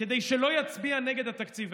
כדי שלא יצביע נגד התקציב.